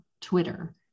Twitter